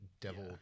Devil